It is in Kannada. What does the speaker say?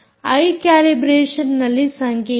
ಐ ಕ್ಯಾಲಿಬ್ರೇಷನ್ ನಲ್ಲಿ ಸಂಖ್ಯೆಯಿದೆ